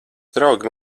draugi